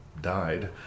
died